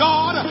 God